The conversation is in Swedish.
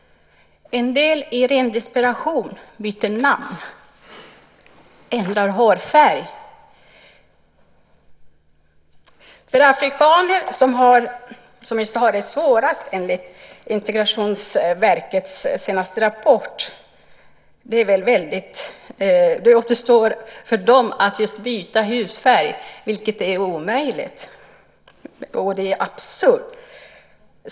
En del byter i ren desperation namn eller ändrar hårfärg. För afrikaner, som enligt Integrationsverkets senaste rapport har det svårast, återstår väl att byta hudfärg, vilket är omöjligt och absurt.